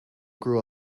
grew